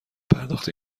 پرداخت